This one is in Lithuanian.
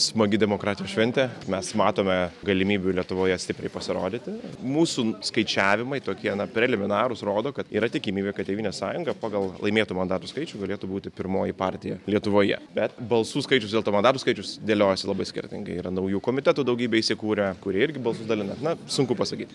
smagi demokratijos šventė mes matome galimybių lietuvoje stipriai pasirodyti mūsų skaičiavimai tokie na preliminarūs rodo kad yra tikimybė kad tėvynės sąjunga pagal laimėtų mandatų skaičių galėtų būti pirmoji partija lietuvoje bet balsų skaičius dėl to mandatų skaičius dėliojasi labai skirtingai yra naujų komitetų daugybė įsikūrę kurie irgi buvo dalinai na sunku pasakyti